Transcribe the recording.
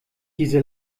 diese